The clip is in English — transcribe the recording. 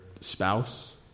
spouse